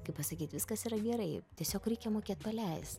kaip pasakyt viskas yra gerai tiesiog reikia mokėt paleist